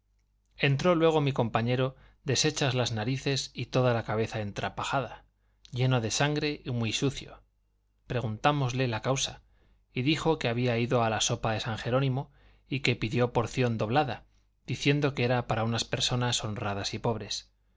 entró luego mi compañero deshechas las narices y toda la cabeza entrapajada lleno de sangre y muy sucio preguntámosle la causa y dijo que había ido a la sopa de san jerónimo y que pidió porción doblada diciendo que era para unas personas honradas y pobres